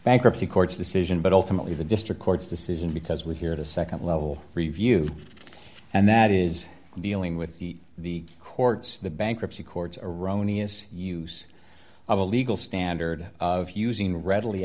bankruptcy court's decision but ultimately the district court's decision because we're here to nd level review and that is dealing with the the courts the bankruptcy courts erroneous use of a legal standard of using readily